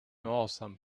awesome